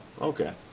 okay